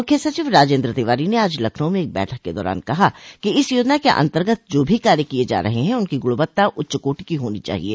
मुख्य सचिव राजेन्द्र तिवारी ने आज लखनऊ में एक बैठक के दौरान कहा कि इस योजना के अन्तर्गत जो भी कार्य किये जा रहे है उनकी गुणवत्ता उच्चकोटि की होनी चाहिये